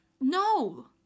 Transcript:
No